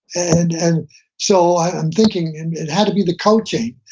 and and so i'm thinking and it had to be the coaching.